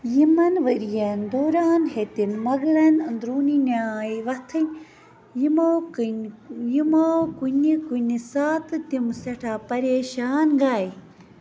یِمن ؤرِین دوران ہیٚتِن مُغلن أنٛدروٗنی نِیٛاے وۄتھٕنۍ یِمو کٔنہِ یِمو کُنہِ کُنہِ ساتہٕ تِم سٮ۪ٹھاہ پَریشان گَے